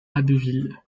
abbeville